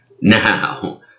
Now